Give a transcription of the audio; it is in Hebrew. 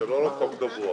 זה לא רוחב קבוע.